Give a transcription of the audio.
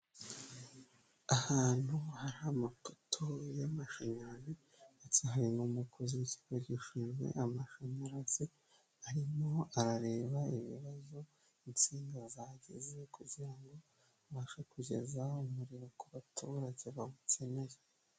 Ahantu hari amapoto y'amashanyarazi, ndetse hari n'umukozi w'ikigo gishizwe amashanyarazi, arimo arareba ibibazo insinga zagize, kugira ngo abashe kugeza umuriro ku baturage bawukeneye.